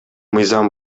мыйзам